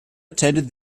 attended